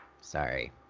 Sorry